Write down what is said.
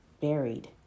buried